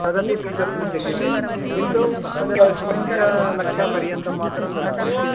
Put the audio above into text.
तदपि स्वीकर्तुं शक्यते किन्तु तद् पञ्चलक्षपर्यन्तमात्रं ददाति